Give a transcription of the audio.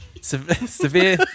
Severe